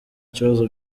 kibazo